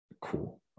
cool